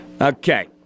Okay